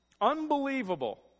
Unbelievable